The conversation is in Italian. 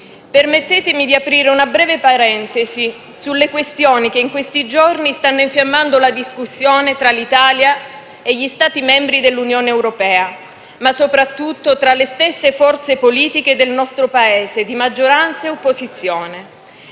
Permettetemi di aprire una breve parentesi sulle questioni che in questi giorni stanno infiammando la discussione tra l'Italia e gli Stati membri dell'Unione europea, ma soprattutto tra le stesse forze politiche del nostro Paese, di maggioranza e opposizione.